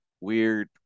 weird